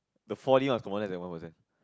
the faulty one was the one that wasn't